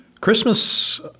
Christmas